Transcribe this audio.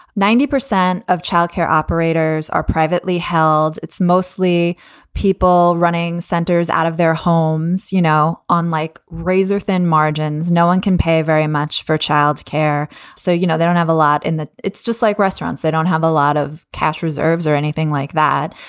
ninety percent of childcare operators are privately held. it's mostly people running centers out of their homes, you know, on like razor thin margins. no one can pay very much for childcare. so, you know, they don't have a lot in. it's just like restaurants. they don't have a lot of cash reserves or anything like that.